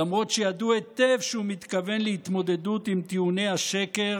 למרות שידעו היטב שהוא מתכוון להתמודדות עם טיעוני השקר,